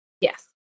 Yes